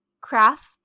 craft